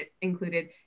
included